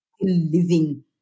living